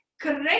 correct